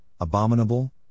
abominable